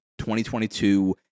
2022